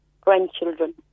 grandchildren